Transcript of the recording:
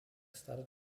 started